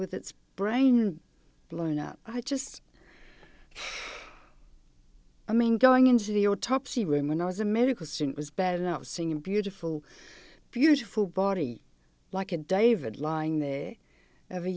with its brain blown up i just i mean going into the autopsy room when i was a medical student was bad enough seeing a beautiful beautiful body like a david lying the